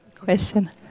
question